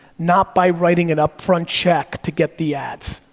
not by writing an upfront check to get the ads.